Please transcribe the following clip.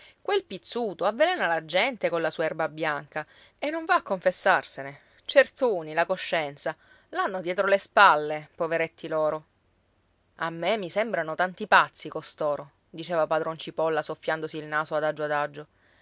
quel pizzuto avvelena la gente colla sua erbabianca e non va a confessarsene certuni la coscienza l'hanno dietro le spalle poveretti loro a me mi sembrano tanti pazzi costoro diceva padron cipolla soffiandosi il naso adagio adagio